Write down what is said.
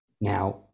Now